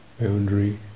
boundary